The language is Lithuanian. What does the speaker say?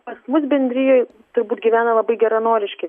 pas mus bendrijoj turbūt gyvena labai geranoriški